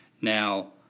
Now